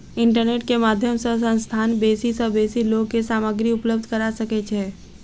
internet के माध्यम सॅ संस्थान बेसी सॅ बेसी लोक के सामग्री उपलब्ध करा सकै छै